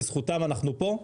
בזכותן אנחנו פה.